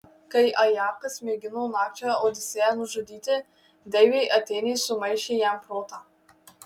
kai ajakas mėgino nakčia odisėją nužudyti deivė atėnė sumaišė jam protą